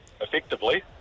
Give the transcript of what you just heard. effectively